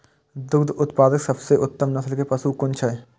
दुग्ध उत्पादक सबसे उत्तम नस्ल के पशु कुन छै?